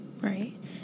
Right